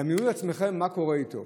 דמיינו לעצמכם מה קורה איתו: